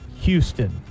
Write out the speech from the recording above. Houston